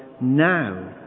now